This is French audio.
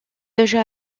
déjà